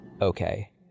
Okay